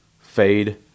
Fade